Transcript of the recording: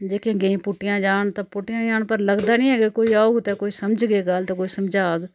जेह्की गैंइयां पुट्टियां जान ते पुट्टियां जान पर लगदा नी ऐ कि कोई औग ते कोई समझगे गल्ल ते कोई समझाग